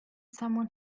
someone